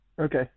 Okay